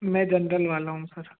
मैं जनरल वाला हूँ सर